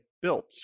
built